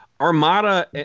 Armada